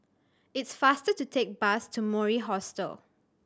it is faster to take bus to Mori Hostel